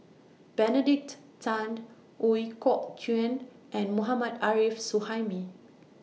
Benedict Tan Ooi Kok Chuen and Mohammad Arif Suhaimi